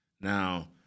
Now